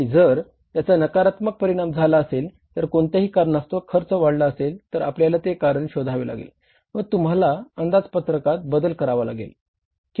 आणि जर याचा नकारात्मक परिणाम झाला असेल व कोणत्याही कारणास्तव खर्च वाढला असेल तर आपल्याला ते कारण शोधावे लागेल व तुम्हाला अंदाजपत्रकात बदल करावा लागेल